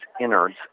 innards